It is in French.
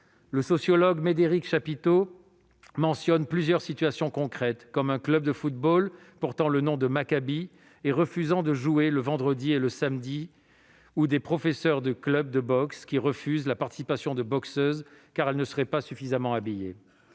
Le sociologue Médéric Chapitaux mentionne plusieurs situations concrètes : un club de football portant le nom de « Maccabi » et refusant de jouer le vendredi et le samedi ; des professeurs de clubs de boxe refusant la participation de boxeuses au motif qu'elles ne seraient pas suffisamment habillées.